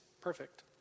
Perfect